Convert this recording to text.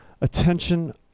attention